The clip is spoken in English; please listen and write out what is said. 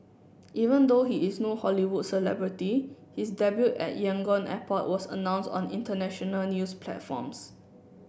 even though he is no Hollywood celebrity his debut at Yangon airport was announced on international news platforms